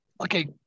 okay